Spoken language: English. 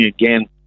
again